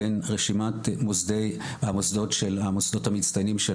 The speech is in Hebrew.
בין רשימת המוסדות של המצטיינים של